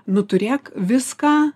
nu turėk viską